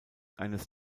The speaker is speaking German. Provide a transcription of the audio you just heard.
eines